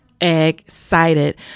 excited